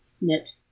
knit